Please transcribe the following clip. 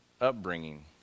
upbringing